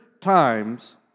times